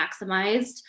maximized